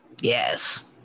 yes